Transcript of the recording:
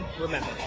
remember